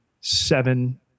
seven